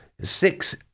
Six